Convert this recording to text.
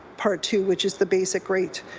part two, which is the basic rate.